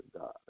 God